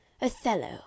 othello